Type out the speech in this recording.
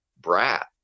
brat